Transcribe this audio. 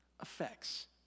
effects